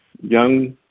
young